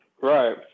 Right